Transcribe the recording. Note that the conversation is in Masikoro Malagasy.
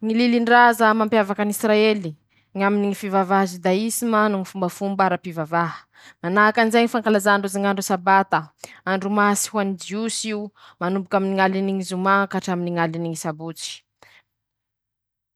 Ñy lilindraza mampiavakan'Isiraely: ñy aminy ñy fivavaha gidaisima noho ñy fombafomba arapivavaha, manahakan'izay ñy fankalazà ndrozy ñ'andro sabata, andro masy ho any jiosy io, manomboky aminy ñ'aliny ñy zoma ka hatr'aminy ñ'aliny ñy sabotsy,